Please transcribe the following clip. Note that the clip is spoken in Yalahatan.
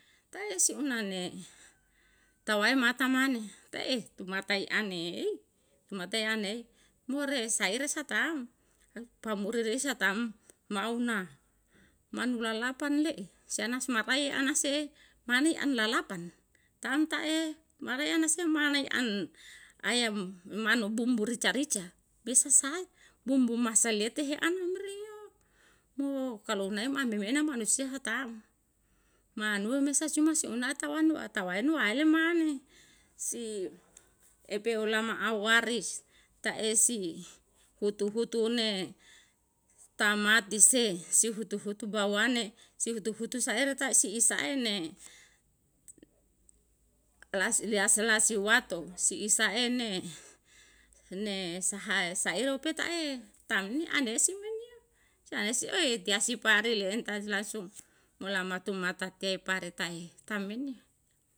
Tei si unane tawaen mata mane tei tumata i an ne mo re saire sa tam, pamuri re sa tammau na manu lalapan le'e sa na si maraya anase mani an lalapan tam ta'e maraya na se ma nai an yam manu bumbu rica rica. Bisa sae bumbu maselete he ana meriyo, mo kalu nae am memeena manusia ha tam, manue sa cuma i unae ta wanu atawaen waele mane si epeolama auwaris, tae si hutu hutu une tamati se si hutu hutu bawane, si hutu hutu saere ta si isa ene, las lease lasiwato, si isa ene, hene sahae saero pe tae tam ni ane sim men yo, seane si oetiyasi pari le'en tadi langsung, mo lama tumata te pare tahi tam men yo